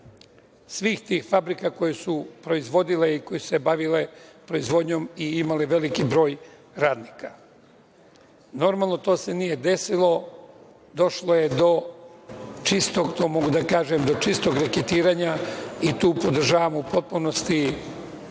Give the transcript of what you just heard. svih tih fabrika koje su proizvodile i koje su se bavile proizvodnjom i imale veliki broj radnika. Normalno, to se nije desilo, došlo je do čistog, to mogu da kažem, čistog reketiranja i tu u potpunosti